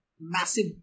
massive